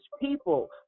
people